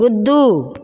कूदू